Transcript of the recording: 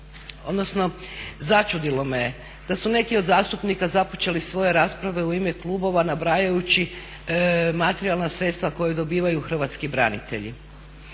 odnosno začudilo me je da su neki od zastupnika započeli svoje rasprave u ime klubova nabrajajući materijalna sredstva koje dobivaju hrvatski branitelji.